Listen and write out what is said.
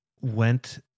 went